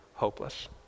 hopeless